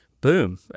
Boom